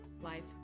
Life